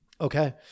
Okay